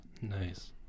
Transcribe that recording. Nice